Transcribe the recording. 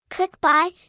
Click-buy